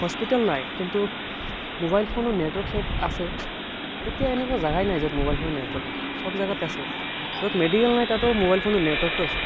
hospital নাই কিন্তু mobile ফোনৰ নেটৱৰ্ক আছে এতিয়া এনেকুৱা জাগাই নাই য'ত মোবাইল ফোনৰ নেটৱৰ্ক নাই চব জাগাত আছে য'ত মেডিকেল নাই তাতো মোবাইল ফোনৰ নেটৱৰ্কটো আছে